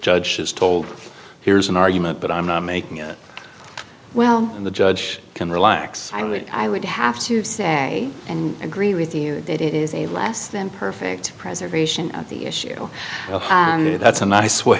judge has told here's an argument but i'm not making it well and the judge can relax i would i would have to say and agree with you that it is a less than perfect preservation of the issue that's a nice way